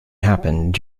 happened